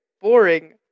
Boring